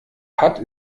patt